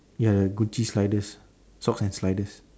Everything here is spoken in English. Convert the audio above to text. ya the Gucci sliders socks and sliders